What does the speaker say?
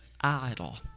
idle